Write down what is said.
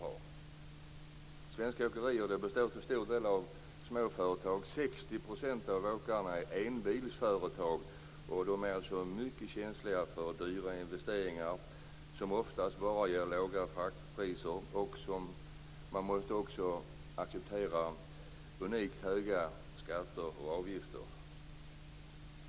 Svenska åkerier består till stor del av småföretag. 60 % av åkarna är enbilsföretag, och de är alltså mycket känsliga för stora investeringar som oftast bara ger låga fraktpriser. De måste också acceptera unikt höga skatter och avgifter.